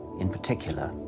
in particular.